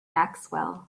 maxwell